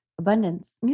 Abundance